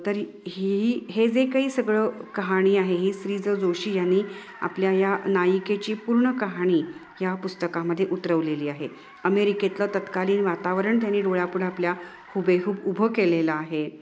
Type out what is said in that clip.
तरी ही ही हे जे काही सगळं कहाणी आहे ही श्री ज जोशी यांनी आपल्या या नायिकेची पूर्ण कहाणी ह्या पुस्तकामध्ये उतरवलेली आहे अमेरिकेतलं तत्कालीन वातावरण त्यांनी डोळ्यापुढं आपल्या हुबेहूब उभं केलेलं आहे